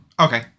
Okay